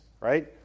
right